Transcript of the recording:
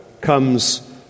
comes